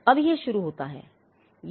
अब यह शुरू होता है